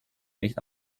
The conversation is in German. nicht